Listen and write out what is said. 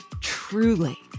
truly